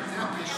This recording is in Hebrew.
זה הקשר.